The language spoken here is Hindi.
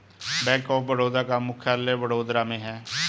बैंक ऑफ बड़ौदा का मुख्यालय वडोदरा में है